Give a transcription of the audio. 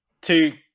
two